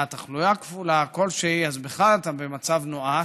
תחלואה כפולה כלשהי, אז בכלל אתה במצב נואש,